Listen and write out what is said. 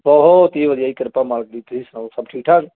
ਬਹੁਤ ਹੀ ਵਧੀਆ ਜੀ ਕਿਰਪਾ ਮਾਲਕ ਦੀ ਤੁਸੀਂ ਸੁਣਾਓ ਸਭ ਠੀਕ ਠਾਕ